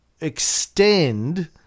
extend